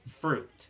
fruit